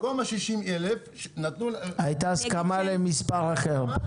במקום 60,000, נתנו --- הייתה הסכמה למספר אחר.